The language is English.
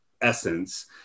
essence